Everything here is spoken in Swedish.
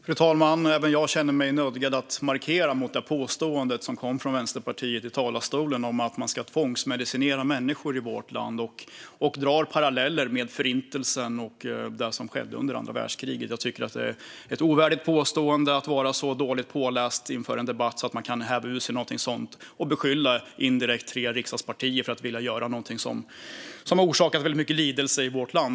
Fru talman! Även jag känner mig nödgad att markera mot påståendet som kom från Vänsterpartiet i talarstolen att man ska tvångsmedicinera människor i vårt land och mot att man drar paralleller till Förintelsen och det som skedde under andra världskriget. Jag tycker att det är ovärdigt att vara så dåligt påläst inför en debatt att man kan häva ur sig något sådant och indirekt beskylla tre riksdagspartier för att vilja göra något som har orsakat väldigt mycket lidande i vårt land.